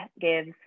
gives